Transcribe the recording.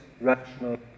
rational